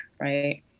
right